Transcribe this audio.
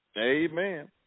Amen